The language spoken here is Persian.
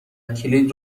کلید